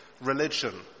religion